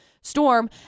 storm